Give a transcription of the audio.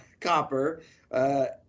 copper